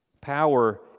power